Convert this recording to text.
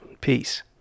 Peace